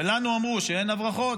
לנו אמרו שאין הברחות,